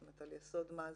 על יסוד מה זה?